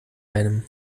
einem